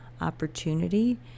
opportunity